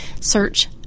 Search